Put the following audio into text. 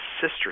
sister